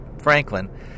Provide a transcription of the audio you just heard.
Franklin